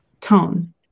tone